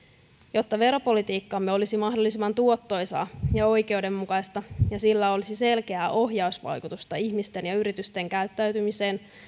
jotta veropolitiikkamme olisi mahdollisimman tuottoisaa ja oikeudenmukaista ja sillä olisi selkeää ohjausvaikutusta ihmisten ja yritysten käyttäytymiseen